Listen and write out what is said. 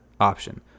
option